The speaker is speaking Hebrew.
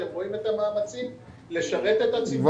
אתם רואים את המאמצים לשרת את הציבור